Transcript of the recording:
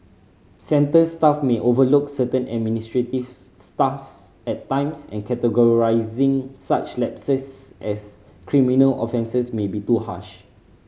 centre staff may overlook certain administrative at times and categorising such lapses as criminal offences may be too harsh